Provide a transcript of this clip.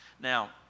Now